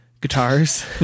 guitars